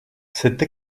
cette